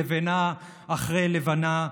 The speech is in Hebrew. לבנה אחרי לבנה,